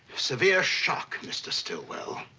severe shock, mr. stillwell,